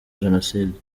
jenoside